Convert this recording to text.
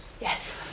yes